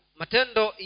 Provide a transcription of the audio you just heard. matendo